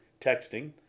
texting